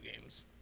games